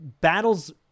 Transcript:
battles